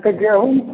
गेहुँम